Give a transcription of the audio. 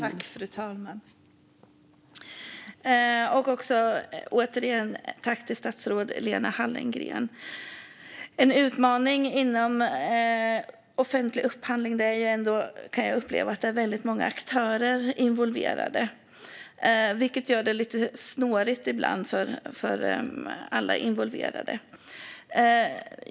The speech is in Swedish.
Fru talman! Tack återigen, statsrådet Lena Hallengren! En utmaning inom offentlig upphandling kan jag uppleva är att det är väldigt många aktörer involverade, vilket ibland gör det lite snårigt för alla inblandade.